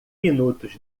minutos